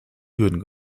hürden